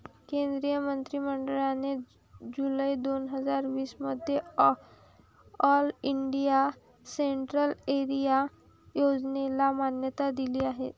केंद्रीय मंत्रि मंडळाने जुलै दोन हजार वीस मध्ये ऑल इंडिया सेंट्रल एरिया योजनेला मान्यता दिली आहे